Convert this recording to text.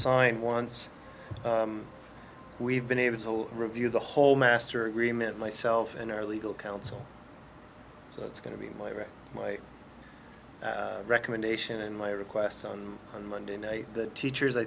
sign once we've been able to review the whole master agreement myself and our legal counsel so it's going to be my my recommendation and my request on monday night the teachers i